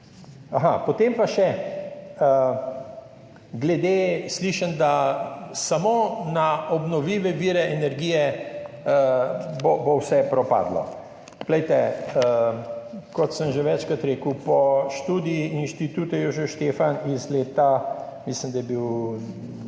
Aha, potem pa še glede, slišim samo na obnovljive vire energije, da bo vse propadlo. Kot sem že večkrat rekel, po študiji Inštituta Jožef Stefan iz leta, mislim, da je bilo